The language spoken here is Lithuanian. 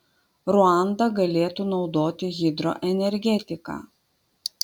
ruanda galėtų naudoti hidroenergetiką